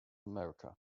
america